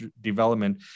development